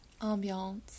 Ambiance